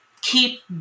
keep